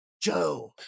Joe